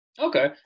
Okay